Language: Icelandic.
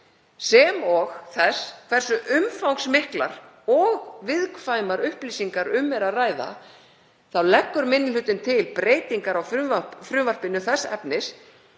sem og þess hversu umfangsmiklar og viðkvæmar upplýsingar um er að ræða, leggur minni hlutinn til breytingar á frumvarpinu þess efnis